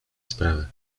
sprawy